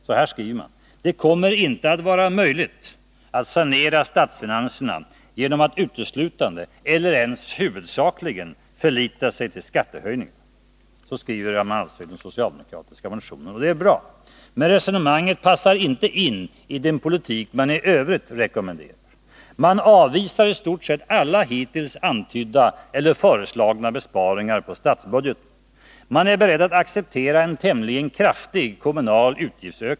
Man skriver: ”Det kommer inte att vara möjligt att sanera statsfinanserna genom att uteslutande eller ens huvudsak ligen förlita sig till skattehöjningar.” Så skriver man alltså i den socialdemokratiska motionen, och det är bra. Men resonemanget passar inte in i den politik man i övrigt rekommenderar. Man avvisar i stort sett alla hittills antydda eller föreslagna besparingar på statsbudgeten. Man är beredd att acceptera en tämligen kraftig kommunal utgiftsökning.